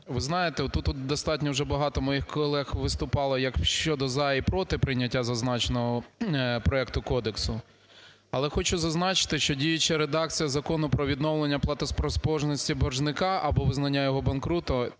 Ви знаєте, отут от достатньо вже багато моїх колег виступало як щодо за і проти прийняття зазначеного проекту Кодексу. Але хочу зазначити, що діюча редакція Закону "Про відновлення платоспроможності боржника або визнання його банкрутом"